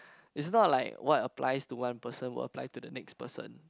it's not like what applies to one person will apply to the next person